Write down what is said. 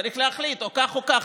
צריך להחליט כך או כך.